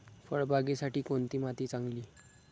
फळबागेसाठी कोणती माती चांगली?